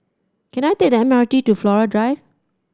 can I take the M R T to Flora Drive